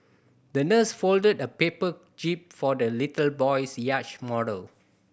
the nurse folded a paper jib for the little boy's yacht model